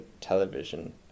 television